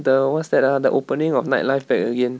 the what's that ah the opening of nightlife back again